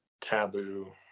taboo